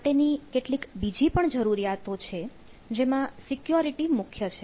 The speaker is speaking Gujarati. માટેની કેટલીક બીજી પણ જરૂરિયાતો છે જેમાં સિક્યોરિટી મુખ્ય છે